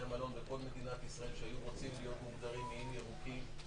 המלון בכל מדינת ישראל שהיו רוצים להיות מוגדרים איים ירוקים.